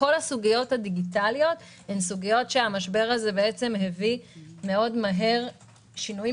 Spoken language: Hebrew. בכל הסוגיות הדיגיטליות המשבר הזה הביא מהר מאוד שינויים